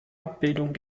abbildung